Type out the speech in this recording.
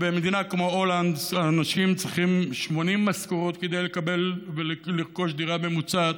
במדינה כמו הולנד אנשים צריכים 80 משכורות כדי לרכוש דירה ממוצעת,